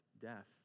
death